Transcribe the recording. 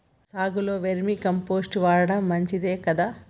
సాగులో vermicompost వాడటం మంచిదే కదా?